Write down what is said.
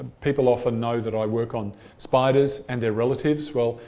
people often know that i work on spiders and their relatives. well,